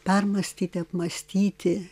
permąstyti apmąstyti